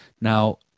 Now